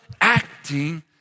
acting